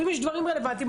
ואם יש דברים רלוונטיים,